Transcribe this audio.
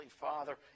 father